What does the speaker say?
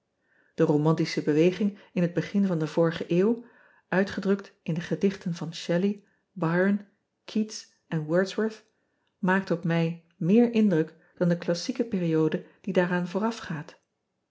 e romantische beweging in het begin van de vorige eeuw uitgedrukt in de gedichten van helley yron eats en ordsworth maakt op mij meer indruk dan de klassieke periode die daaraan voorafgaat